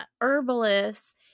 herbalists